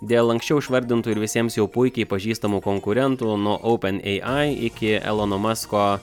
dėl anksčiau išvardintų ir visiems jau puikiai pažįstamų konkurentų nuo openai iki elono masko